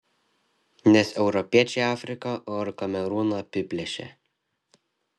nes europiečiai afriką o ir kamerūną apiplėšė